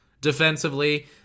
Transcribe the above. defensively